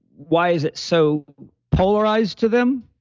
why is it so polarized to them?